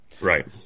Right